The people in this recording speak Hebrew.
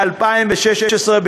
ב-2016,